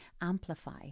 amplify